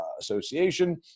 association